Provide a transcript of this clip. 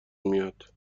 میاد